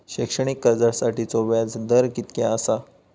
शैक्षणिक कर्जासाठीचो व्याज दर कितक्या आसा?